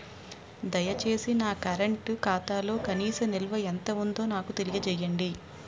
దయచేసి నా కరెంట్ ఖాతాలో కనీస నిల్వ ఎంత ఉందో నాకు తెలియజేయండి